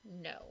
no